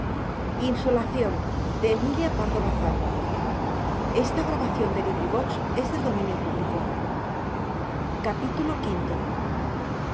emilia pardo bazán